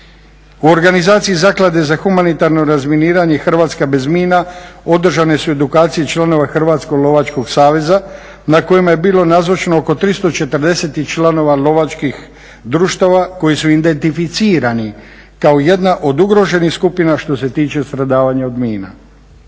U organizaciji Zaklade za humanitarno razminiranje Hrvatska bez mina održane su edukacije članova Hrvatskog lovačkog saveza na kojem je bilo nazočno oko 340 članova lovačkih društava koji su identificirani kao jedna od ugroženih skupina što se tiče stradavanja od mina.